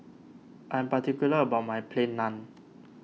I am particular about my Plain Naan